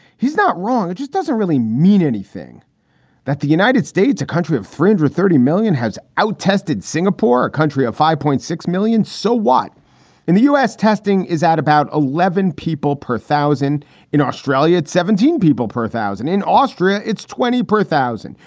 he's not wrong. it just doesn't really mean anything that the united states, a country of friends of thirty million, has tested singapore, a country of five point six million. so what the us testing is at about eleven people per thousand in australia at seventeen people per thousand in austria. it's twenty per thousand.